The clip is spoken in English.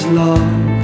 love